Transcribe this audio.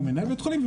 או מנהל בית חולים,